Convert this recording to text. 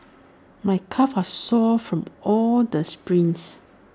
my calves are sore from all the sprints